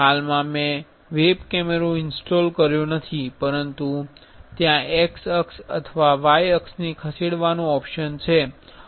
હાલમાં મેં વેબ કેમેરો ઇન્સ્ટોલ કર્યો નથી અને ત્યાં X અક્ષ અથવા Y અક્ષને ખસેડવાનો ઓપ્શન છે